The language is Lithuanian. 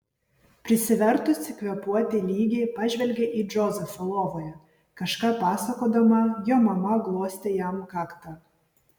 prisivertusi kvėpuoti lygiai pažvelgė į džozefą lovoje kažką pasakodama jo mama glostė jam kaktą